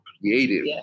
creative